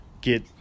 get